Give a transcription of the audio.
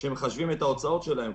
שמחשבים את ההוצאות שלהם,